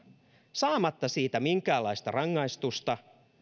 saamatta siitä minkäänlaista rangaistusta